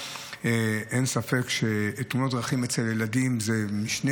אין ספק שתאונות דרכים אצל ילדים זה דורש משנה